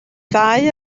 ddau